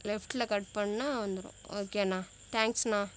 லெஃப்ட்டில் கட் பண்ணால் வந்துடும் ஓகேண்ணா தேங்க்ஸ்ண்ணா